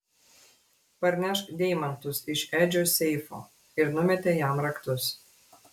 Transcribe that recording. parnešk deimantus iš edžio seifo ir numetė jam raktus